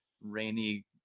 rainy